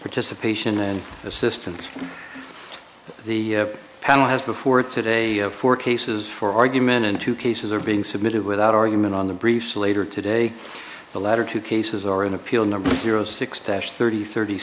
participation and assistance the panel has before today four cases for argument and two cases are being submitted without argument on the briefs later today the latter two cases are in appeal number zero six tash thirty thirty